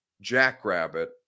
Jackrabbit